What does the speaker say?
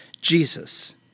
Jesus